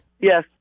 Yes